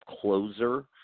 closer